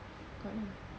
kat ne lah